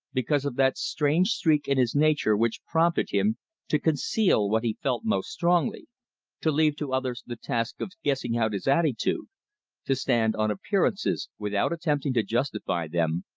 because of that strange streak in his nature which prompted him to conceal what he felt most strongly to leave to others the task of guessing out his attitude to stand on appearances without attempting to justify them,